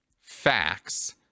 facts